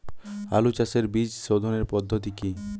আলু চাষের বীজ সোধনের পদ্ধতি কি?